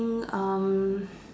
think um